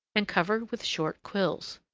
and covered with short quills.